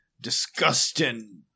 disgusting